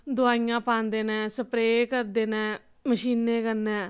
दवाइयां पांदे न स्प्रे करदे न मशीनै कन्नै